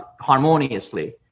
harmoniously